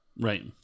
Right